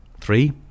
Three